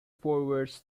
forwards